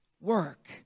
work